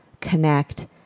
connect